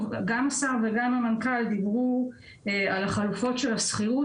גם השר וגם המנכ"ל דיברו על חלופות של שכירות.